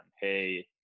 hey